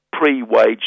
pre-wage